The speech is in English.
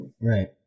right